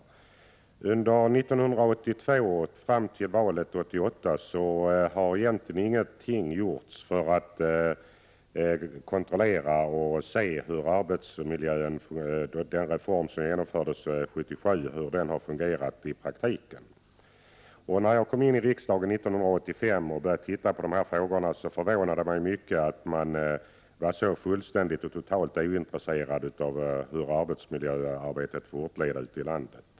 Från 1982 fram till valet 1988 har egentligen ingenting gjorts för att kontrollera och se hur den reform som infördes 1977 har fungerat i praktiken för arbetsmiljön. När jag kom in i riksdagen 1985 och började titta på dessa frågor, förvånade det mig mycket att man var så fullständigt och totalt ointresserad av hur arbetsmiljöarbetet fortlever ute i landet.